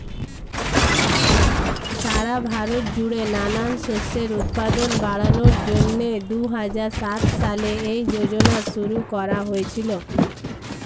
সারা ভারত জুড়ে নানান শস্যের উৎপাদন বাড়ানোর জন্যে দুহাজার সাত সালে এই যোজনা শুরু করা হয়েছিল